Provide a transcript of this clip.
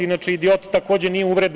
Inače, idiot takođe nije uvreda.